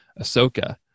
Ahsoka